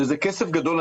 שזה כסף גדול.